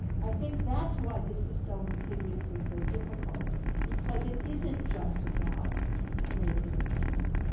i think that's why this is so insidious and so difficult because it isn't just about native americans.